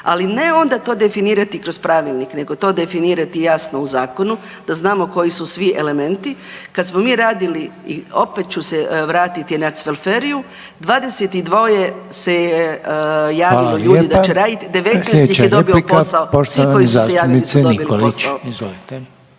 ali ne onda to definirati kroz Pravilnik, nego to definirati jasno u Zakonu, da znamo koji su svi elementi. Kad smo mi radili, i opet ću se vratiti na …/govornica se ne razumije/…, 22 se je javilo ljudi da će raditi, 19 ih je dobilo posao, svi koji su se javili su dobili posao.